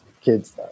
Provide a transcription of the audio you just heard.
kids